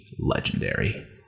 legendary